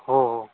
हो हो